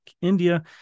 India